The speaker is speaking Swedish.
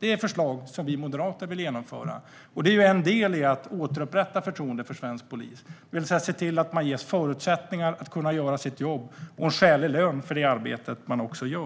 Det är förslag som vi moderater vill genomföra. Det är en del i att återupprätta förtroendet för svensk polis. Det handlar alltså om att de ska ges förutsättningar att kunna göra sitt jobb och få en skälig lön för det arbete de gör. Fru